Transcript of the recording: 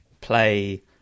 Play